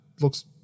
Looks